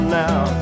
now